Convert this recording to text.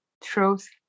truth